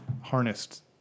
harnessed